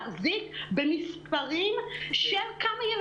בגודל ובמספר הכיתה שבשגרה היא מתנהלת.